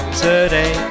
today